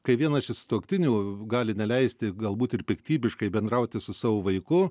kai vienas iš sutuoktinių gali neleisti galbūt ir piktybiškai bendrauti su savo vaiku